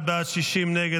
51 בעד, 60 נגד.